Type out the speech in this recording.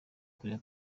kureba